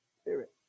Spirit